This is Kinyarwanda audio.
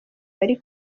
bari